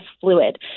fluid